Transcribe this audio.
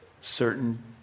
certain